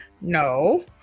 No